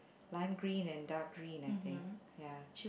lime green and dark green I think ya